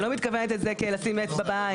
אני לא מתכוונת לזה כלשים אצבע בעין,